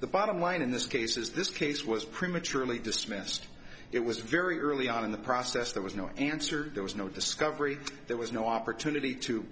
the bottom line in this case is this case was prematurely dismissed it was very early on in the process there was no answer there was no discovery there was no opportunity to